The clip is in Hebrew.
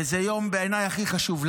וזה בעיני היום הכי חשוב.